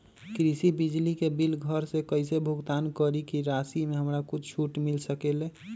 कृषि बिजली के बिल घर से कईसे भुगतान करी की राशि मे हमरा कुछ छूट मिल सकेले?